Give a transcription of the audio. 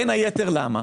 למה?